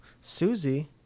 Susie